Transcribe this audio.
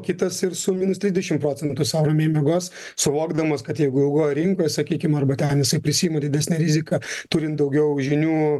kitas ir su minus trisdešimt procentų sau ramiai miegos suvokdamas kad jeigu ilgoje rinkoje sakykim arba ten jisai prisiima didesnę riziką turint daugiau žinių